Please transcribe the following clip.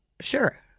Sure